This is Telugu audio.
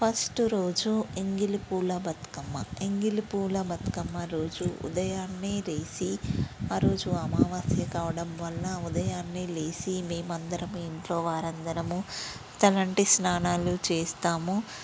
ఫస్ట్ రోజు ఎంగిలి పూల బతుకమ్మ ఎంగిలి పూల బతుకమ్మ రోజు ఉదయాన్నే లేసి ఆ రోజు అమావాస్య కావడం వల్ల ఉదయాన్నే లేచి మేము అందరము ఇంట్లో వారందరము తలంటు స్నానాలు చేస్తాము